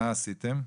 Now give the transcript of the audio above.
עשיתם?